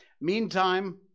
Meantime